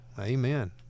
Amen